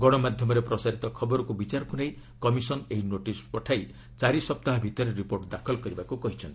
ଗଣମାଧ୍ୟମରେ ପ୍ରସାରିତ ଖବରକୁ ବିଚାରକୁ ନେଇ କମିଶନ୍ ଏହି ନୋଟିସ୍ ପଠାଇ ଚାରି ସପ୍ତାହ ଭିତରେ ରିପୋର୍ଟ ଦାଖଲ କରିବାକୁ କହିଛନ୍ତି